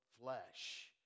flesh